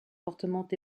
fortement